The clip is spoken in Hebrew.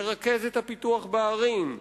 לרכז את הפיתוח בערים,